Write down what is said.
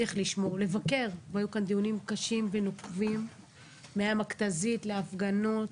צריך לבקר והיו כאן דיונים קשים ונוקבים מהמכתזית להפגנות,